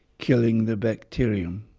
killing the bacterium.